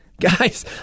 Guys